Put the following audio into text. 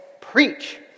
preach